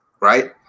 right